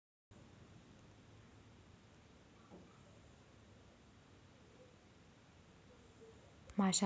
माशांच्या प्रजननासाठी रोगांचा सामना करण्यासाठी आहार, शंख, लसींचा पर्यायी स्रोत विकसित केला जाऊ शकतो